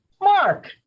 Mark